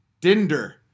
Dinder